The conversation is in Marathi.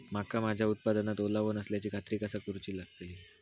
मका माझ्या उत्पादनात ओलावो नसल्याची खात्री कसा करुची लागतली?